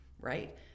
right